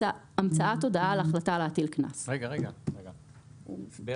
המצאת הודעה על החלטה להטיל קנס הודעה על החלטה להטיל קנס תומצא למפר